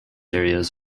areas